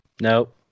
Nope